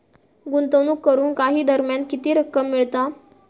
गुंतवणूक करून काही दरम्यान किती रक्कम मिळता?